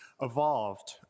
evolved